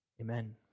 Amen